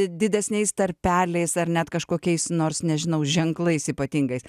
didesniais tarpeliais ar net kažkokiais nors nežinau ženklais ypatingais